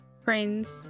friends